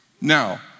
Now